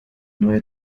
neue